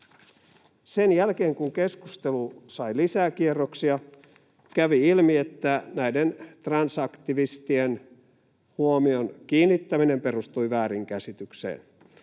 Sen jälkeen kun keskustelu sai lisää kierroksia, kävi ilmi, että näiden transaktivistien huomion kiinnittäminen perustui väärinkäsitykseen.